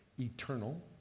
eternal